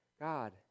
God